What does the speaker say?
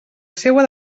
seua